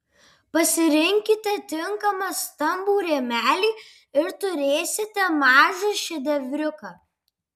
pasirinkite tinkamą stambų rėmelį ir turėsite mažą šedevriuką